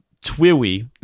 twiwi